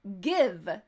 give